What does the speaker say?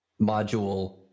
module